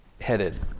headed